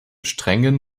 strengen